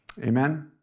Amen